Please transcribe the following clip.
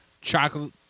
chocolate